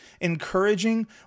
encouraging